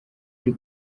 iri